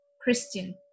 Christian